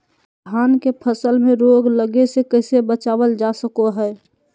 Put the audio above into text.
धान के फसल में रोग लगे से कैसे बचाबल जा सको हय?